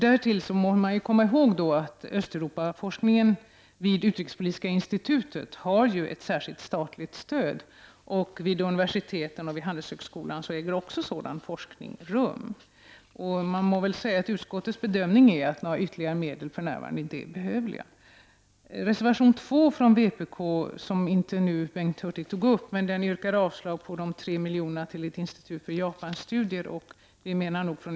Därtill får — det må man komma ihåg — Östeuropaforskning vid utrikespolitiska institutet ett särskilt statligt stöd, och vid universiteten och Handelshögskolan äger sådan forskning också rum. Utskottets bedömning är att några ytterligare medel för närvarande inte är behövliga. I reservation 2, som Bengt Hurtig inte berörde, yrkar vpk avslag på förslaget om 3 miljoner till ett institut för Japanstudier.